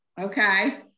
okay